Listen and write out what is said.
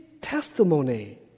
testimony